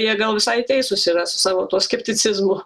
jie gal visai teisūs yra su savo tuo skepticizmu